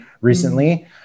recently